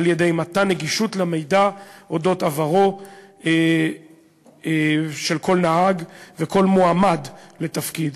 על-ידי מתן נגישות למידע על עברו של כל נהג וכל מועמד לתפקיד.